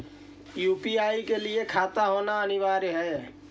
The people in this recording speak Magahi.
यु.पी.आई के लिए खाता होना अनिवार्य है?